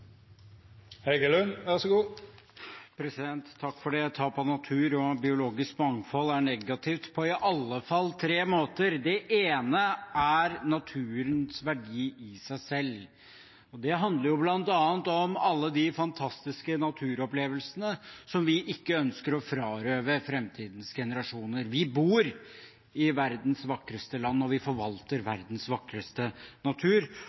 negativt på i alle fall tre måter. Det ene er naturens verdi i seg selv. Det handler bl.a. om alle de fantastiske naturopplevelsene som vi ikke ønsker å frarøve fremtidens generasjoner. Vi bor i verdens vakreste land, og vi forvalter verdens vakreste natur.